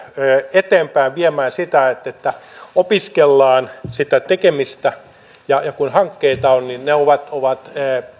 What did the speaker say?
eteenpäin viemään sitä että opiskellaan sitä tekemistä ja ja kun hankkeita on niin ne ovat ovat